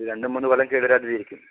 ഇത് രണ്ടും മൂന്നു കൊല്ലം കേടുവരാതെയിരിക്കും